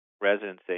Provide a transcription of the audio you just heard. residency